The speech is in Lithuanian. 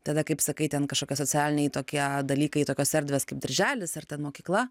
tave kaip sakai ten kažkokie socialiniai tokie dalykai tokios erdvės kaip dirželis ar ten mokykla